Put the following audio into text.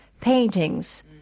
paintings